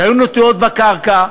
שהיו נטועות בקרקע.